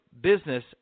business